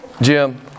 Jim